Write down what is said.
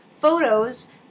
photos